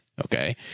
okay